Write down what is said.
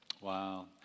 Wow